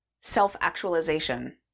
self-actualization